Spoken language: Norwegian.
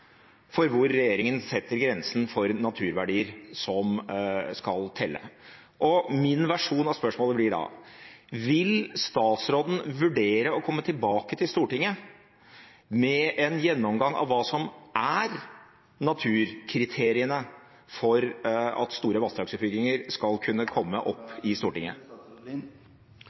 for hvor regjeringen setter grensen for naturverdier som skal telle. Min versjon av spørsmålet blir da: Vil statsråden vurdere å komme tilbake til Stortinget med en gjennomgang av hva som er naturkriteriene for at store vassdragsutbygginger skal kunne komme opp